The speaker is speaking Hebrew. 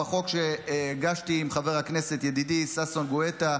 בחוק שהגשתי עם חבר הכנסת ידידי ששון גואטה,